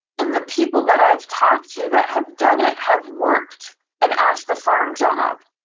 and the people that i've talked to that have done it have worked and off the farm job.